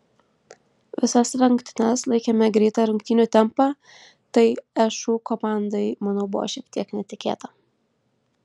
visas rungtynes laikėme greitą rungtynių tempą tai šu komandai manau buvo šiek tiek netikėta